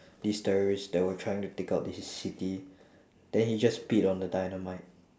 this terrorists that were trying to take out this city then he just peed on the dynamite